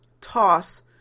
toss